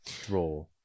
draw